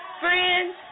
friends